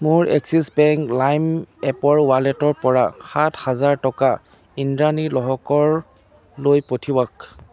মোৰ Axis bank Lime এপৰ ৱালেটৰপৰা সাতহাজাৰ টকা ইন্দ্ৰাণী লহকৰলৈ পঠিওৱাক